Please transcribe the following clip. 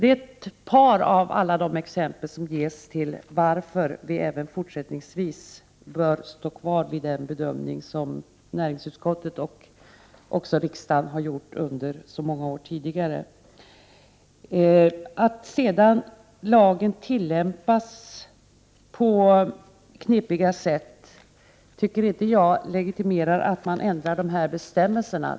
Det är ett par av alla de exempel som ges på varför vi även fortsättningsvis bör stå kvar vid den bedömning som näringsutskottet och även riksdagen har gjort under så många år tidigare. Att lagen tillämpas på ett knepigt sätt tycker jag inte legitimerar att man ändrar på bestämmelserna.